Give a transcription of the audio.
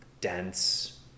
dense